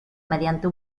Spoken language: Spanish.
mediante